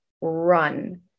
run